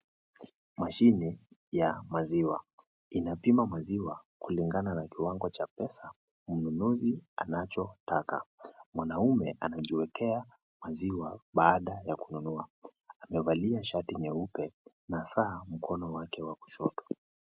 Mashine ya maziwa. Inapima maziwa kulingana na kiwango cha pesa mnunuzi anachotaka. Mwanaume anajiwekea maziwa baada ya kununua. Amevalia shati nyeupe na saa mkono wake wa kushoto.